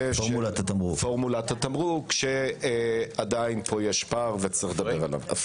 של פורמולת התמרוק שעדיין פה יש פער ויש לדבר עליו.